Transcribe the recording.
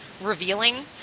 revealing